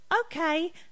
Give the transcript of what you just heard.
Okay